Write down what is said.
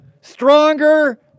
Stronger